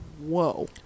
Whoa